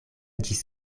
ĝis